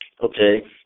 Okay